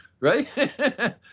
Right